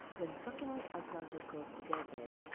when succulents are planted close together,